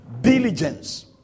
diligence